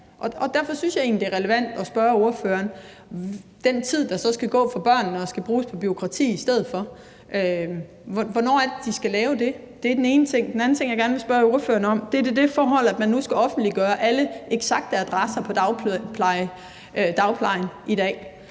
og derfor synes jeg egentlig, det er relevant at spørge ordføreren til den tid, der så skal gå fra børnene og skal bruges på bureaukrati i stedet for: Hvornår er det, de skal lave det? Det er den ene ting. Den anden ting, jeg gerne vil spørge ordføreren om, er det forhold, at man nu skal offentliggøre alle eksakte adresser på dagplejere i dag.